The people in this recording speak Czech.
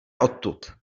odtud